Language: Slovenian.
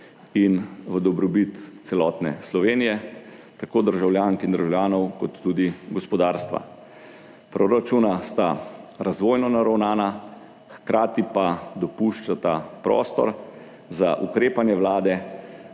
in v dobrobit celotne Slovenije, tako državljank in državljanov kot tudi gospodarstva. Proračuna sta razvojno naravnana, hkrati pa dopuščata prostor za ukrepanje Vlade